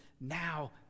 now